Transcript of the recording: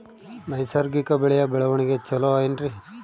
ನೈಸರ್ಗಿಕ ಬೆಳೆಯ ಬೆಳವಣಿಗೆ ಚೊಲೊ ಏನ್ರಿ?